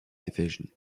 division